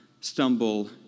stumble